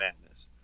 Madness